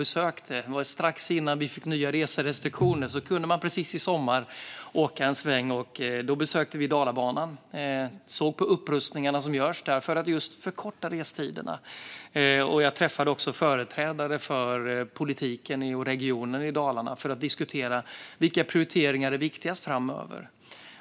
I somras, strax innan vi fick nya reserestriktioner, kunde man åka en sväng, och då besökte vi Dalabanan och såg på de upprustningar som där görs just för att förkorta restiderna. Jag träffade också politiker och företrädare för Region Dalarna för att diskutera vilka prioriteringar som är viktigast framöver.